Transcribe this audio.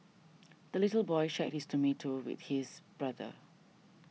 the little boy shared his tomato with his brother